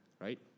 right